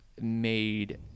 made